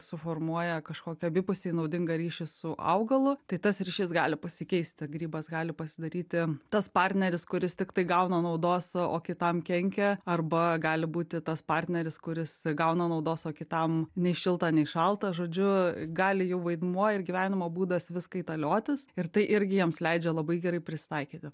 suformuoja kažkokį abipusiai naudingą ryšį su augalu tai tas ryšys gali pasikeisti grybas gali pasidaryti tas partneris kuris tiktai gauna naudos o kitam kenkia arba gali būti tas partneris kuris gauna naudos o kitam nei šilta nei šalta žodžiu gali jų vaidmuo ir gyvenimo būdas vis kaitaliotis ir tai irgi jiems leidžia labai gerai prisitaikyti